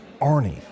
Arnie